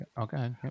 Okay